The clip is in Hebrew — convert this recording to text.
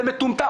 זה מטומטם.